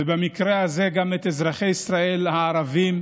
ובמקרה הזה גם את אזרחי ישראל הערבים,